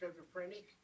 schizophrenic